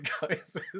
guys